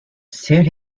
soon